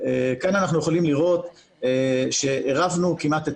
כאן אנחנו יכולים לראות שעירבנו כמעט את